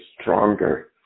stronger